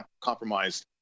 compromised